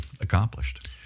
accomplished